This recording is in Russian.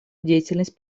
деятельность